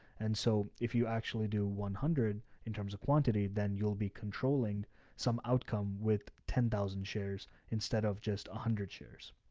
and so if you actually do one hundred in terms of quantity, then you'll be controlling some outcome with ten thousand shares instead of just a hundred shares.